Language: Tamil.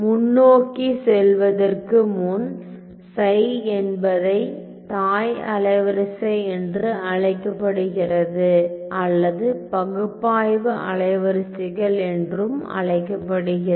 முன்னோக்கிச் செல்வதற்கு முன் ψ என்பதை தாய் அலைவரிசை என்று அழைக்கப்படுகிறது அல்லது பகுப்பாய்வு அலைவரிசைகள் என்றும் அழைக்கப்படுகிறது